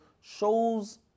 shows